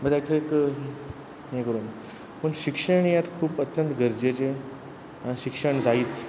मागीर ताका एक हें करून पूण शिक्षण हें आतां खूब अत्यंत गरजेचें शिक्षण जायीच